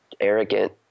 arrogant